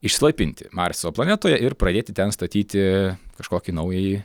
išsilaipinti marso planetoje ir pradėti ten statyti kažkokį naująjį